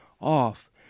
off